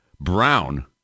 Brown